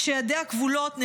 כשידיה כבולות,